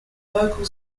local